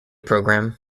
program